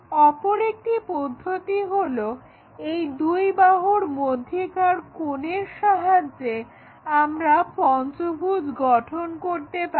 অপর একটি পদ্ধতি হলো এই দুই বাহুর মধ্যেকার কোণের সাহায্যে আমরা পঞ্চভুজ গঠন করতে পারি